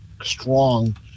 strong